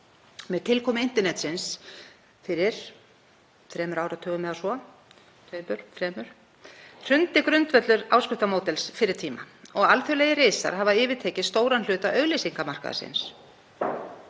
Með tilkomu internetsins fyrir þremur áratugum eða svo hrundi grundvöllur áskriftamódels fyrri tíma og alþjóðlegir risar hafa yfirtekið stóran hluta auglýsingamarkaðarins.